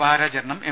വാരാചരണം M